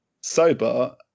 Sober